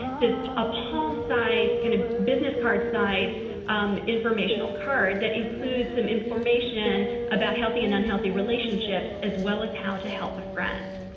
a palm size, kind of, business card size informational card that includes some information about healthy and unhealthy relationships as well as how to help a friend.